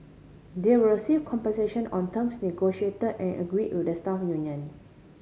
they will receive compensation on terms negotiate and agree with the staff union